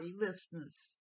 listeners